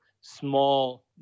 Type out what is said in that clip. small